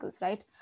right